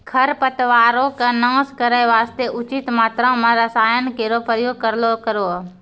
खरपतवारो क नाश करै वास्ते उचित मात्रा म रसायन केरो प्रयोग करलो करो